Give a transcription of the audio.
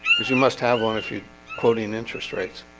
because you must have one if you quoting interest rates